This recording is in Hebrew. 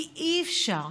כי אי-אפשר,